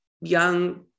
young